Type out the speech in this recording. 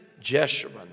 Jeshurun